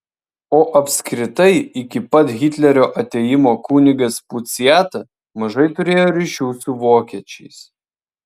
o apskritai iki pat hitlerio atėjimo kunigas puciata mažai turėjo ryšių su vokiečiais